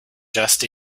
just